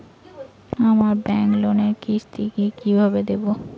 আমার ব্যাংক লোনের কিস্তি কি কিভাবে দেবো?